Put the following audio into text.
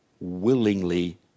willingly